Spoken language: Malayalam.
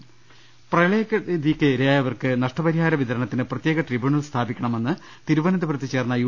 രദ്ദമ്പ്പെട്ടറ പ്രളയക്കെടുതിക്ക് ഇരയായവർക്ക് നഷ്ടപരിഹാര വിതരണത്തിന് പ്രത്യേക ട്രിബ്യൂണൽ സ്ഥാപിക്കണമെന്ന് തിരുവനന്തപുരത്ത് ചേർന്ന യു